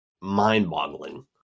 mind-boggling